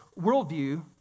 worldview